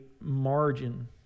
margin